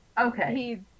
Okay